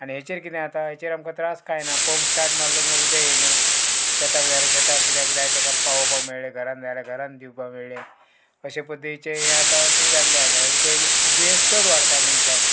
आनी हाचेर कितें आतां हेचेर आमकां त्रास खायना पंप स्टार्ट मारलो म्हूण उदय येयलें शेताक जाय जाल्यार शेताक किद्याक जाय ताका पावोपाक मेळ्ळें घरान जाय जाल्यार घरान दिवपाक मेळ्ळें अशें पद्दतीचें हें आतां हें जाल्लें आसा हेचे दुयेंस चड वाडता मनशाक